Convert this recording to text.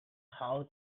how